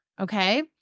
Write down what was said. okay